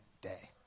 day